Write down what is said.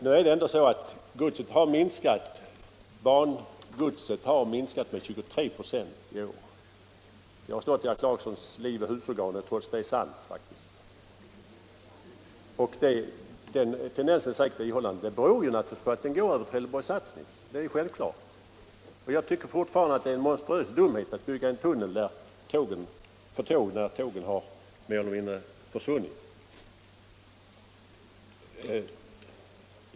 Nu är det ändå så att bangodset har minskat med 23 4 i år. Det har stått i herr Clarksons livoch husorgan men är trots det faktiskt sant. - Nr 29 Den tendensen är säkert ihållande och beror självklart på att godset går över Trelleborg-Sassnitz. Jag tycker fortfarande att det är en monstruös dumhet att bygga en tunnel för tåg när tågen har mer eller mindre försvunnit.